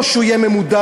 או שהוא יהיה ממודר